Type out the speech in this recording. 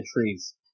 trees